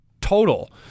total